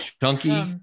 Chunky